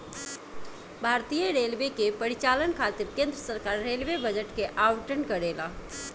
भारतीय रेलवे के परिचालन खातिर केंद्र सरकार रेलवे बजट के आवंटन करेला